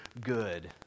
good